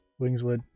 Wingswood